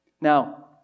Now